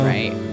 Right